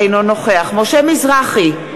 אינו נוכח משה מזרחי,